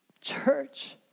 Church